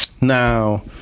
Now